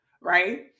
right